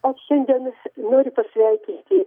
aš šiandien noriu pasveikinti